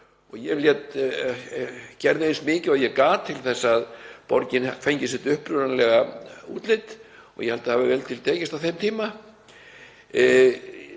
Borg. Ég gerði eins mikið og ég gat til að Borgin fengi sitt upprunalega útlit og ég held það hafi vel til tekist á þeim tíma.